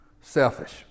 selfish